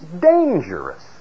dangerous